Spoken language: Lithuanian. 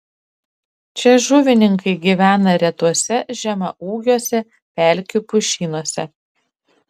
čia žuvininkai gyvena retuose žemaūgiuose pelkių pušynuose